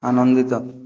ଆନନ୍ଦିତ